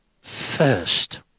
first